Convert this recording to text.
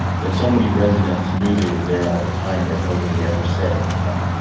that so many residents knew they were there all the time, but nobody ever said anything.